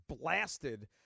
blasted